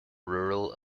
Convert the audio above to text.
rural